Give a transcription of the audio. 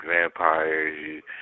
vampires